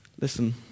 Listen